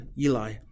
Eli